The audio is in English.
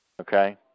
okay